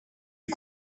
est